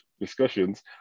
discussions